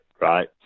right